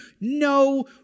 no